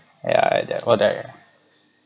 yeah they all there